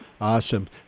Awesome